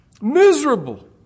Miserable